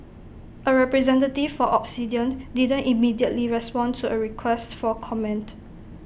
A representative for Obsidian didn't immediately respond to A request for comment